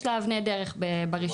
יש לה אבני דרך ברישיון.